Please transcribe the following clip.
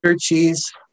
cheese